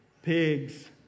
Pigs